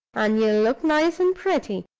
and you'll look nice and pretty,